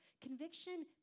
conviction